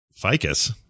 ficus